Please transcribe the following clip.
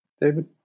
David